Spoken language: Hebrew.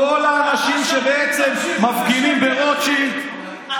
כל האנשים שבעצם מפגינים ברוטשילד,